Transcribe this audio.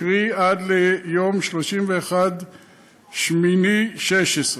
קרי עד ליום 31 באוגוסט 2016,